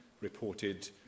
reported